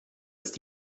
ist